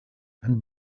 and